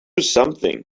something